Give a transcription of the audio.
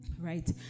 right